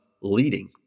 leading